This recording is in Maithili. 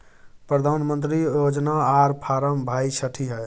प्रधानमंत्री योजना आर फारम भाई छठी है?